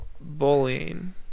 bullying